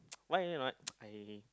why not I